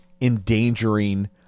endangering